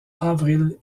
avril